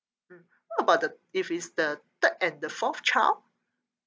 mm what about the if it's the third and the fourth child